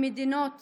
במדינות